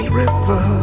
river